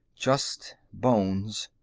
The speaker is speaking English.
just bones.